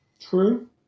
True